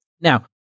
Now